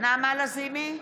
נעמה לזימי,